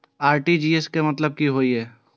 RTGS के मतलब की होय ये?